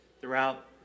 throughout